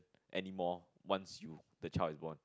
anymore once you the child is born